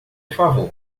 favor